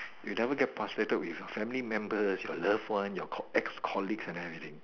you never get frustrated with your family members your loved ones your ex you ex colleges and everything